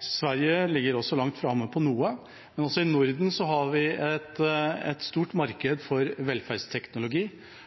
Sverige ligger også langt framme på noe. Men også i Norden har vi et stort